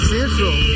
Central